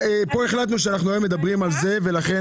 החלטנו שאנחנו מדברים על זה היום פה.